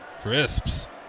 crisps